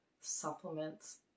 supplements